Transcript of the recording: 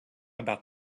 about